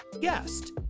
guest